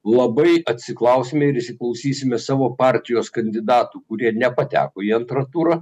labai atsiklausime ir įsiklausysime savo partijos kandidatų kurie nepateko į antrą turą